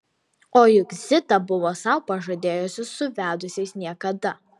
o juk zita buvo sau pažadėjusi su vedusiais niekada